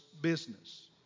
business